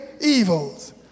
evils